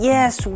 Yes